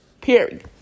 Period